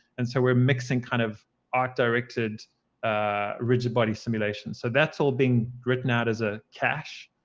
and so we're mixing kind of art directed ah rigid body simulation. so that's all being written out as a cache.